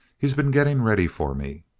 he's been getting ready for me.